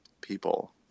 people